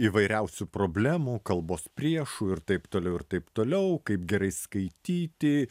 įvairiausių problemų kalbos priešų ir taip toliau ir taip toliau kaip gerai skaityti